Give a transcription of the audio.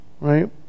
Right